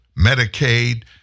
Medicaid